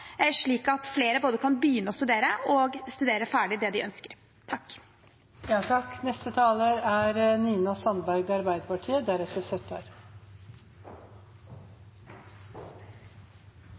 slik at flere både kan begynne å studere og studere ferdig det de ønsker. Allerede i 2018 ba en enstemmig utdanningskomité regjeringen om å gjennomgå opptaksreglene i høyere utdanning. Arbeiderpartiet